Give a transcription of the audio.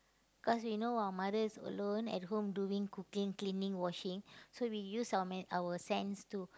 cause we know our mothers alone at home doing cooking cleaning washing so we use our ma~ our sense to